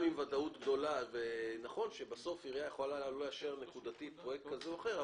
נכון שעירייה יכולה לא לאשר נקודתית פרויקט כזה או אחר,